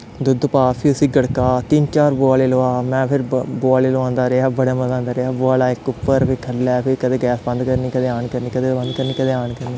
दुद्ध पा फ्ही उसी गड़का तिन्न चार बुआले लोआ फिर में बोआले लोआंदा रेहा बड़ा मज़ा आंदा रेहा बोआला इक उप्पर ते इक थल्लै कदें गैस बंद करनी कदें आन करनी कदें आन करनी कदें आन करनी